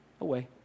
away